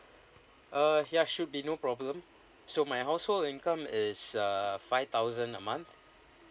uh ya should be no problem so my household income is uh five thousand a month